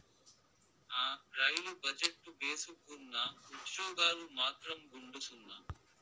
ఆ, రైలు బజెట్టు భేసుగ్గున్నా, ఉజ్జోగాలు మాత్రం గుండుసున్నా